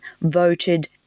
voted